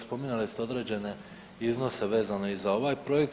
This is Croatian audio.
Spominjali ste određene iznose vezane i za ovaj projekt.